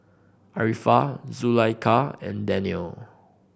Arifa Zulaikha and Daniel